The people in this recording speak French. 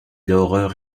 l’horreur